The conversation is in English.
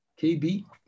KB